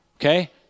okay